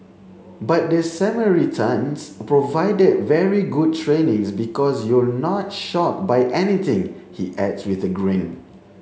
but the Samaritans provided very good trainings because you're not shocked by anything he adds with a grin